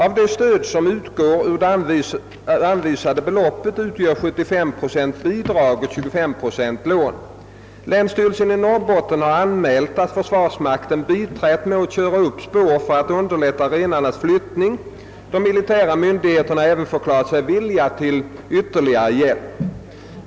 Av det stöd som utgår ur det anvisade beloppet utgör 75. procent bidrag och 25 procent lån. Länsstyrelsen i Norrbotten har anmält att försvarsmakten biträtt med att köra upp spår för att underlätta renarnas flyttningar. De militära myndigheterna har även förklarat sig villiga till ytterligare hjälp.